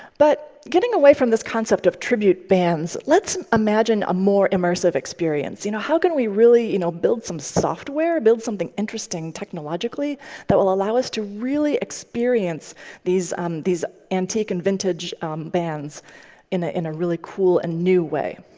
but getting away from this concept of tribute bands, let's imagine a more immersive experience. you know how can we really you know build some software, build something interesting technologically that will allow us to really experience these these antique and vintage bands in ah a really cool and new way?